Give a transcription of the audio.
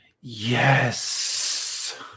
yes